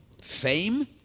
fame